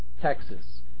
Texas